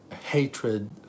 hatred